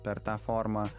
per tą formą